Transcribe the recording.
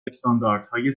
استانداردهای